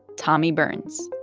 tommy burns